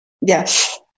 Yes